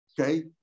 okay